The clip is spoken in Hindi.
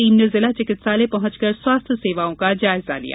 टीम ने जिला चिकित्सालय पहुंचकर स्वास्थ्य सेवाओं का जायजा लिया